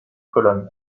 colonnes